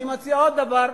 אני מציע עוד דבר,